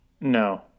No